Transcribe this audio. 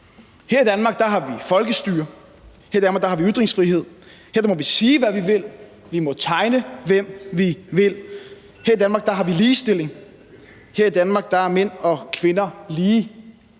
Her i Danmark har vi folkestyre, her i Danmark har vi ytringsfrihed, her må vi sige, hvad vi vil, vi må tegne, hvem vi vil, her i Danmark har vi ligestilling, her i Danmark er mænd og kvinder lige,